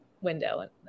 window